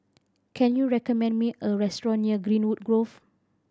can you recommend me a restaurant near Greenwood Grove